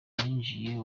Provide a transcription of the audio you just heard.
ninjiye